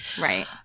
Right